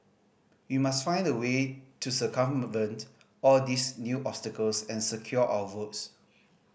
we must find a way to circumvent all these new obstacles and secure our votes